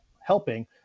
helping